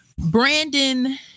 Brandon